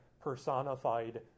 personified